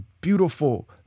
beautiful